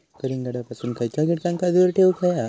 कलिंगडापासून खयच्या कीटकांका दूर ठेवूक व्हया?